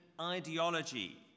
ideology